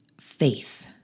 faith